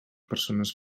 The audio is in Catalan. persones